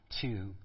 two